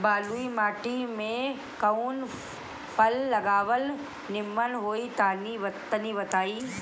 बलुई माटी में कउन फल लगावल निमन होई तनि बताई?